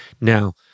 Now